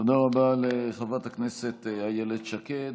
תודה רבה לחברת הכנסת איילת שקד.